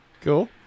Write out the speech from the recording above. Cool